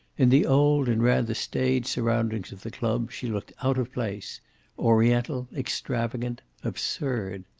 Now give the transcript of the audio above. in the old and rather staid surroundings of the club she looked out of place oriental, extravagant, absurd.